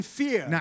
fear